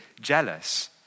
jealous